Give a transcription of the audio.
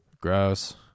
Gross